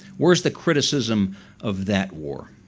where's the criticism of that war?